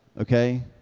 okay